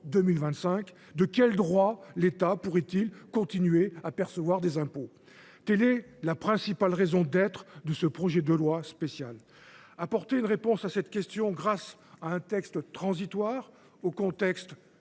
2025, de quel droit l’État pourrait il continuer à percevoir les impôts ? Telle est la principale raison d’être de ce projet de loi spéciale : répondre à cette question par un texte transitoire, au contenu